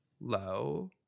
low